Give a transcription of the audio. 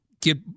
get